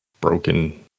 broken